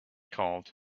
called